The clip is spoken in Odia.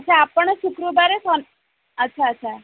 ଆଚ୍ଛା ଆପଣ ଶୁକ୍ରବାରରେ ଆଚ୍ଛା ଆଚ୍ଛା